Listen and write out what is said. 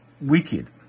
wicked